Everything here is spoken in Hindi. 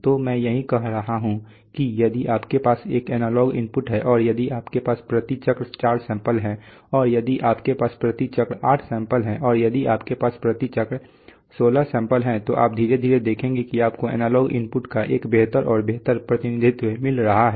तो मैं यही कह रहा हूं कि यदि आपके पास एक एनालॉग इनपुट है और यदि आपके पास प्रति चक्र चार सैंपल हैं और यदि आपके पास प्रति चक्र आठ सैंपल हैं और यदि आपके पास प्रति चक्र 16 सैंपल हैं तो आप धीरे धीरे देखेंगे कि आपको एनालॉग इनपुट का एक बेहतर और बेहतर प्रतिनिधित्व मिल रहा है